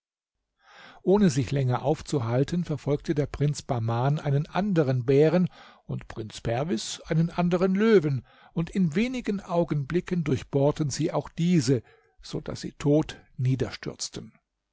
ohne sich länger aufzuhalten verfolgte der prinz bahman einen anderen bären und prinz perwis einen anderen löwen und in wenigen augenblicken durchbohrten sie auch diese so daß sie tot niederstürzten